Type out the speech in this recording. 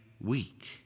week